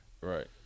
right